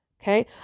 Okay